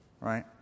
right